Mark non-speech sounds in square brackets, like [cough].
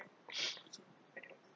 [noise]